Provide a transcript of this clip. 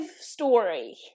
story